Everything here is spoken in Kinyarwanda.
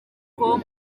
com